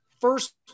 first